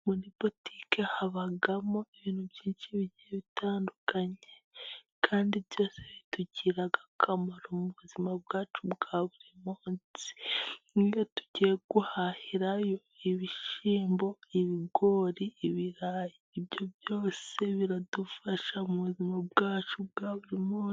Muri butike habamo ibintu byinshi bigiye bitandukanye kandi byose bitugiriraga akamaro mu buzima bwacu bwa buri munsi. Iyo tugiye guhahirayo ibishyimbo, ibigori, ibyo byose biradufasha mu buzima bwacu bwa buri munsi.